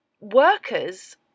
workers